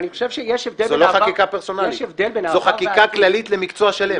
זו לא חקיקה פרסונלית, זו חקיקה כללית למקצוע שלם.